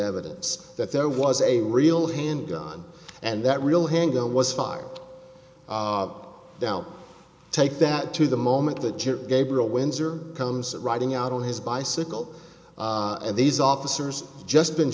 evidence that there was a real handgun and that real handgun was fired now take that to the moment that gabriel windsor comes riding out on his bicycle and these officers just been